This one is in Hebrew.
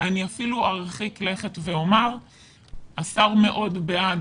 אני אפילו ארחיק לכת ואומר שהשר מאוד בעד